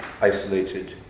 isolated